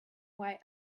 why